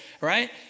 right